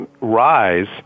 rise